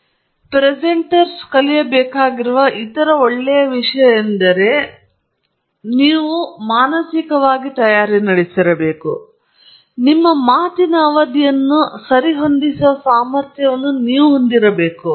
ಪ್ರಸ್ತುತಿ ವರ್ಷಗಳಲ್ಲಿ ಪ್ರೆಸೆಂಟರ್ ಕಲಿಯಬೇಕಾಗಿರುವ ಇತರ ಒಳ್ಳೆಯ ವಿಷಯವೆಂದರೆ ನೀವು ಪಡೆಯಬೇಕಾದ ಮಾನಸಿಕವಾಗಿ ತಯಾರಿ ನಿಮ್ಮ ಮಾತಿನ ಅವಧಿಯನ್ನು ಸರಿಹೊಂದಿಸುವ ಸಾಮರ್ಥ್ಯವನ್ನು ಹೊಂದಿರಬೇಕು